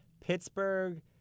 Pittsburgh